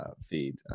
feed